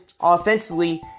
offensively